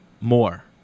more